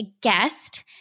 guest